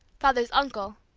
father's uncle,